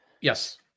Yes